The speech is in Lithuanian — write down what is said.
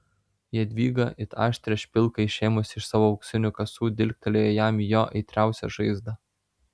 jadvyga it aštrią špilką išėmusi iš savo auksinių kasų dilgtelėjo jam į jo aitriausią žaizdą